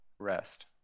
Rest